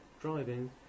driving